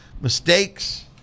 Mistakes